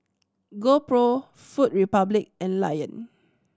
GoPro Food Republic and Lion